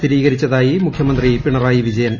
സ്ഥിരീകരിച്ചതാ്യി മുഖ്യമന്ത്രി പിണറായി വിജയൻ